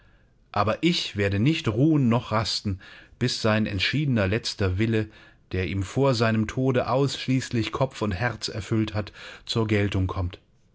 aber ich werde nicht ruhen noch rasten bis sein entschiedener letzter wille der ihm vor seinem tode ausschließlich kopf und herz erfüllt hat zur geltung kommt